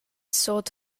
sort